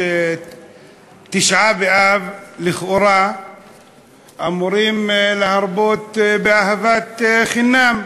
שבתשעה באב לכאורה אמורים להרבות באהבת חינם,